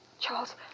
Charles